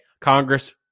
Congress